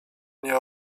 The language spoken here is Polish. nie